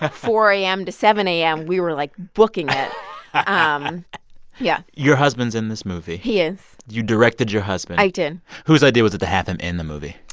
ah four a m. to seven a m, we were, like, booking it um yeah your husband's in this movie he is you directed your husband i did whose idea was it to have him in the movie?